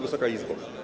Wysoka Izbo!